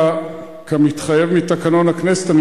כמתחייב מתקנון הכנסת, שאלה נוספת.